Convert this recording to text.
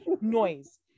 noise